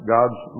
God's